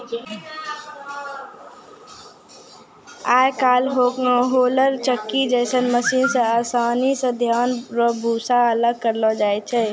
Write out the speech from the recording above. आय काइल होलर चक्की जैसन मशीन से आसानी से धान रो भूसा अलग करलो जाय छै